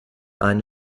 eine